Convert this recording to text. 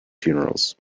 funerals